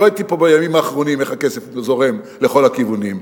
ראיתי פה בימים האחרונים איך הכסף זורם לכל הכיוונים.